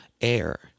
air